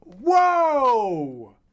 Whoa